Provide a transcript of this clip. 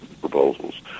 proposals